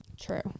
true